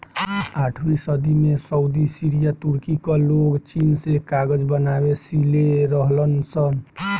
आठवीं सदी में सऊदी, सीरिया, तुर्की कअ लोग चीन से कागज बनावे सिले रहलन सन